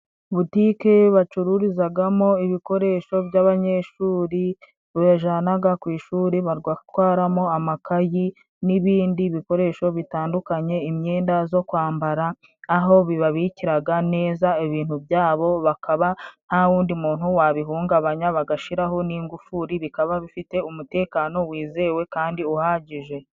Butike bacururizagamo ibikoresho by'abanyeshuri bajanaga ku ishuri, bagatwaramo amakayi n'ibindi bikoresho bitandukanye, imyenda zo kwambara aho bibabikiraga neza ibintu byabo, bakaba nta wundi muntu wabihungabanya bagashiraho n'ingufuri, bikaba bifite umutekano wizewe kandi uhagije.